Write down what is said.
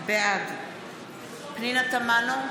בעד פנינה תמנו,